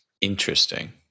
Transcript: Interesting